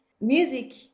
music